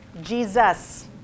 Jesus